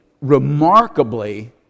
remarkably